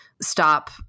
stop